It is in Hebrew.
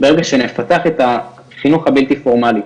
ברגע שנפתח את החינוך הבלתי פורמאלי,